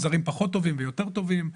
יש זרים פחות טובים ויותר טובים,